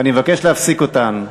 ואני מבקש להפסיק אותן.